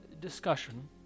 discussion